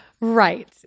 Right